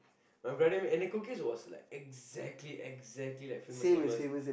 my brother make and the cookies was like exactly exactly like Famous Amos